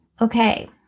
Okay